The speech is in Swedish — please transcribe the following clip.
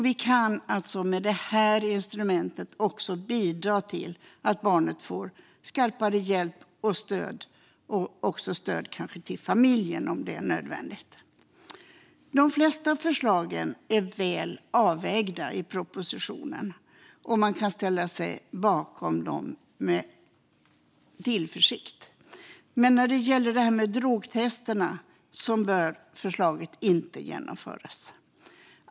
Vi kan med det här instrumentet också bidra till att barnet får skarpare hjälp och stöd och kanske också till att familjen får stöd, om det är nödvändigt. De flesta förslagen i propositionen är väl avvägda. Man kan ställa sig bakom dem med tillförsikt. Men förslaget om drogtesterna bör inte genomföras.